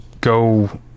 go